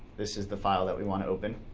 this is the file that we want to open,